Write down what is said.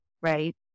right